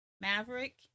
Maverick